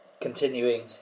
continuing